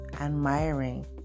admiring